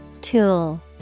Tool